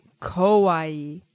Kauai